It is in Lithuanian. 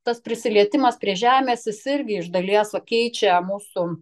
tas prisilietimas prie žemės jis irgi iš dalies keičia mūsų